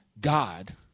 God